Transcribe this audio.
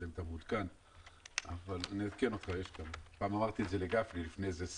גם אמרתי את זה לגפני לפני 20 שנים.